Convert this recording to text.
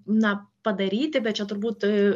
na padaryti bet čia turbūt